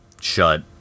shut